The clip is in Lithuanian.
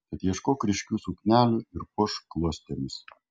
tad ieškok ryškių suknelių ir puošk klostėmis